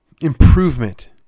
improvement